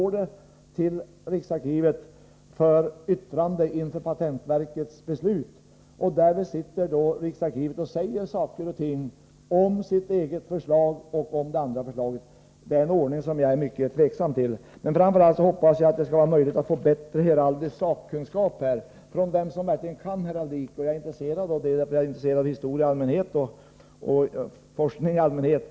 Riksarkivet yttrar sig alltså både över sitt eget förslag och över det andra förslaget. Det är en ordning som jag känner mig mycket tveksam till. Framför allt hoppas jag att det skall bli möjligt att få en bättre heraldisk sakkunskap, dvs. personer som verkligen kan heraldik. Jag är intresserad av heraldik, liksom jag är intresserad av historia och forskning i allmänhet.